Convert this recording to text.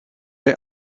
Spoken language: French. est